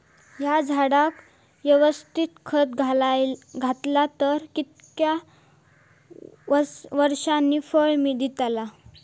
हया झाडाक यवस्तित खत घातला तर कितक्या वरसांनी फळा दीताला?